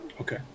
Okay